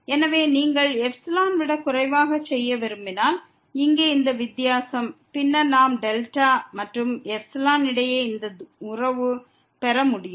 எனவே நீங்கள் ε விட குறைவாக செய்ய விரும்பினால் இங்கே இந்த வித்தியாசம் பின்னர் நாம் δ மற்றும் εக்கு இடையே இந்த உறவை பெற முடியும்